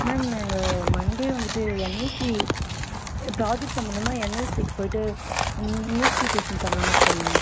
ma'am நாங்கள் Monday வந்துவிட்டு NLC project சம்மந்தமாக என்எல்சிக்கு போய்விட்டு இன் இன்வெஸ்டிகேஷன் பண்ணலான்னு இருக்கோம் மேம்